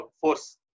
force